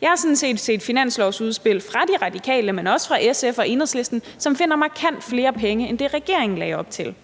Jeg har sådan set set finanslovsudspil fra De Radikale, men også fra SF og Enhedslisten, som finder markant flere penge end det, som regeringen lagde op til.